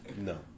No